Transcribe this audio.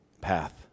path